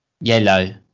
Yellow